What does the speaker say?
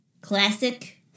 Classic